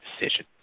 decision